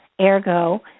ergo